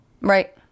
Right